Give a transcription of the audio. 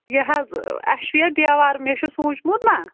یہِ حظ اسہِ چھُ یتھ دیوار مےٚ چھُ سوٗنٛچمُت نا